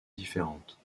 différentes